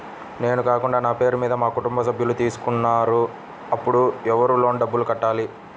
నేను కాకుండా నా పేరు మీద మా కుటుంబ సభ్యులు తీసుకున్నారు అప్పుడు ఎవరు లోన్ డబ్బులు కట్టాలి?